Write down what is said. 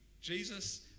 Jesus